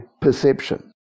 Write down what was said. perception